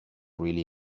really